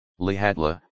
Lihatla